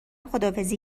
خداحافظی